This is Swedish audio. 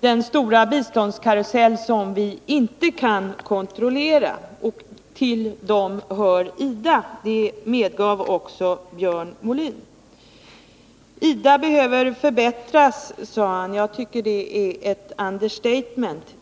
den stora biståndskarusellen som vi inte kan kontrollera, och till den hör IDA. Det medgav också Björn Molin. IDA behöver förbättras, sade han. Jag tycker att det är ett understatement.